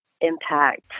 impact